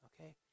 okay